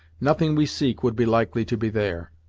nothing we seek would be likely to be there.